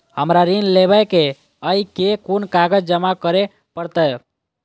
हमरा ऋण लेबै केँ अई केँ कुन कागज जमा करे पड़तै?